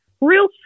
real